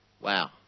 Wow